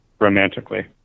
romantically